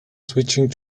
switching